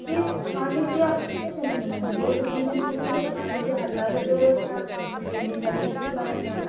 जी मान लीजिए आप कितने दिन घूमेंगे दो से तीन दिन घूमेंगे तो मान लीजिए हज़ार रुपये रोज़ का और तीन दिन का तो तीन हज़ार हो गया